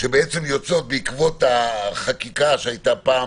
שיוצאות בעקבות החקיקה שנעשתה.